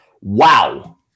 Wow